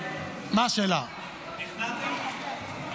נכנעתם?